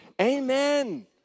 amen